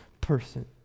person